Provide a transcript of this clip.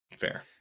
Fair